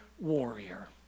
warrior